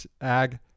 ag